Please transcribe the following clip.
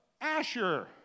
Asher